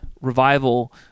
revival